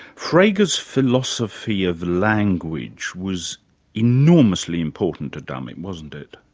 frege's philosophy of language was enormously important to dummett, wasn't it?